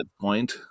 point